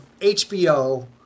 HBO